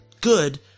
good